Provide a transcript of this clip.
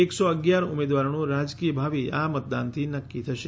એકસો અગિયાર ઉમેદવારોનું રાજકીય ભાવિ આ મતદાનથી નક્કી થશે